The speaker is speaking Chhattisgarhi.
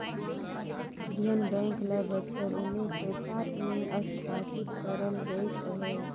इंडियन बेंक ल बछर उन्नीस सव सात में असथापित करल गइस अहे